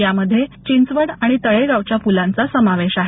यामध्ये चिंचवड आणि तळेगाव च्या पुला चा समावेश आहे